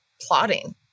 plotting